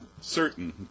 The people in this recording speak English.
Certain